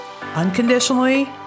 unconditionally